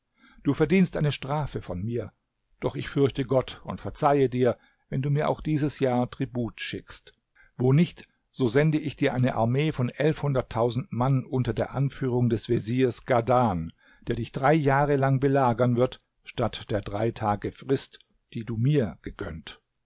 du verdienst eine strafe von mir doch ich fürchte gott und verzeihe dir wenn du mir auch dieses jahr tribut schickst wo nicht so sende ich dir eine armee von elfhunderttausend mann unter der anführung des veziers ghadhan der dich drei jahre lang belagern wird statt der drei tage frist die du mir gegönnt